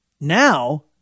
now